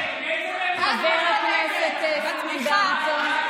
חבר הכנסת סימון דוידסון.